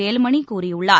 வேலுமணி கூறியுள்ளார்